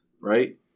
right